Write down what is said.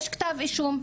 יש כתב אישום,